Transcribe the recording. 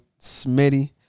Smitty